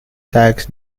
tax